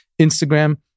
Instagram